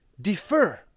defer